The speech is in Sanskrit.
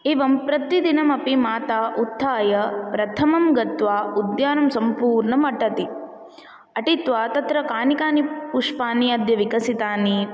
एवं प्रतिदिनमपि माता उत्थाय प्रथमं गत्वा उद्यानं सम्पूर्णम् अटति अटीत्वा तत्र कानि कानि पुष्पाणि अद्य विकसितानि